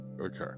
okay